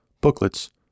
booklets